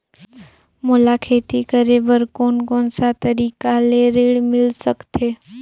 मोला खेती करे बर कोन कोन सा तरीका ले ऋण मिल सकथे?